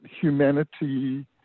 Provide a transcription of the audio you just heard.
humanity